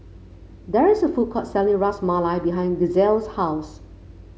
there is a food court selling Ras Malai behind Gisele's house